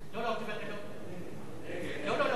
לא, לא, תבטל, נגד, לא, לא, לא.